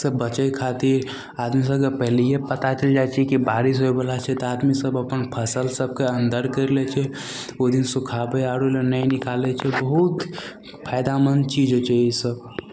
सभ बचै खातिर आदमी सभकेँ पहिलैए पता चलि जाइ छै कि बारिश होइवला छै तऽ आदमीसभ अपन फसिल सबके अन्दर करि लै छै ओहि दिन सुखाबै आओर ले नहि निकालै छै बहुत फायदामन्द चीज होइ छै ईसब